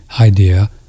idea